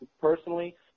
personally